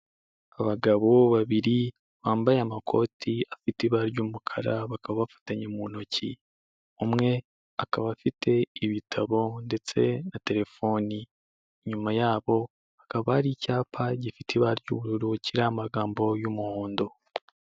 Abagabo babiri bambaye amakoti afite ibara ry'umukara bakaba bafatanye mu ntoki, umwe akaba afite ibitabo ndetse na telefoni nyuma yabo hakaba hari icyapa gifite ibara ry'ubururu kiriho amagambo y'umuhondo.